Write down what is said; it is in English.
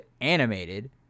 animated